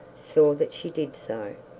saw that she did so.